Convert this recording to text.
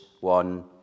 one